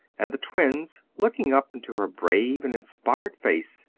and the twins, looking up into her brave and inspired face,